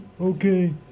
okay